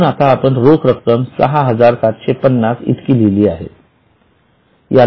म्हणून आता आपण रोख रक्कम ६७५० इतकी लिहली आहे